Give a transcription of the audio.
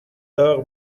داغ